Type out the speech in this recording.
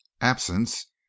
absence